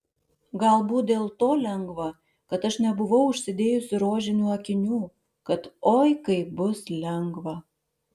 galbūt dėl to lengva kad aš nebuvau užsidėjusi rožinių akinių kad oi kaip bus lengva